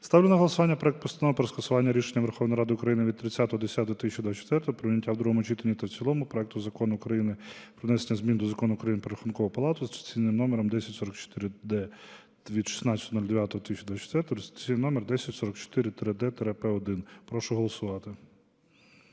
Ставлю на голосування проект Постанови про скасування рішення Верховної Ради України від 30.10.2024 про прийняття в другому читанні та в цілому проекту Закону України про внесення змін до Закону України "Про Рахункову палату" за реєстраційним номером 10044-д від 16.09.2024 (реєстраційний номер 10044-д-П1). Прошу голосувати.